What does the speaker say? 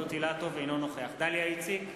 אינו נוכח דליה איציק,